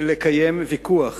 לקיים ויכוח